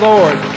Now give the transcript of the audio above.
Lord